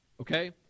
okay